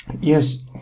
Yes